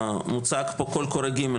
מוצג פה קול קורא ג',